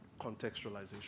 contextualization